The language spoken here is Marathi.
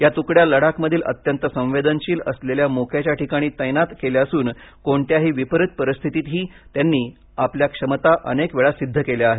या तुकड्या लडाखमधील अत्यंत संवेदनशील असलेल्या मोक्याच्या ठिकाणी तैनात केल्या असून कोणत्याही विपरीत परिस्थितीत त्यांनी आपल्या क्षमता अनेकवेळा सिद्ध केल्या आहेत